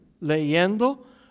Leyendo